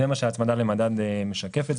זה מה שההצמדה למדד משקפת.